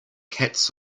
cats